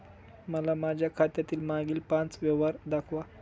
मला माझ्या खात्यातील मागील पांच व्यवहार दाखवा